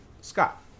Scott